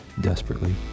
desperately